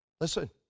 Listen